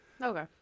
Okay